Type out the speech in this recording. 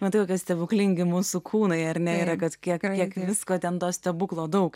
matai kokia stebuklingi mūsų kūnai ar ne yra kad kiek yra kiek visko ten to stebuklo daug